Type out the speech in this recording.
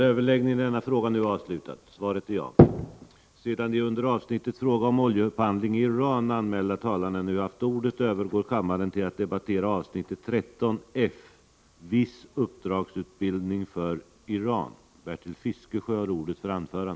Sedan de under avsnittet Fråga om oljeupphandling i Iran anmälda talarna nu haft ordet övergår kammaren till att debattera avsnitt 13 f: Viss uppdragsutbildning för Iran.